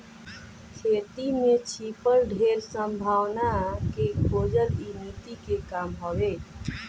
खेती में छिपल ढेर संभावना के खोजल इ नीति के काम हवे